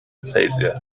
savior